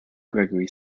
gregory